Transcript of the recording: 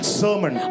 sermon